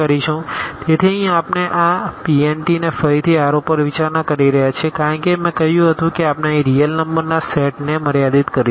તેથી અહીં આપણે આ Pn ને ફરીથી R ઉપર વિચારણા કરી રહ્યા છીએ કારણ કે મેં કહ્યું હતું કે આપણે અહીં રીઅલ નંબરના સેટને મર્યાદિત કરીશું